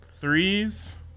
threes